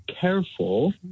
careful